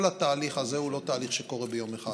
כל התהליך הזה הוא לא תהליך שקורה ביום אחד.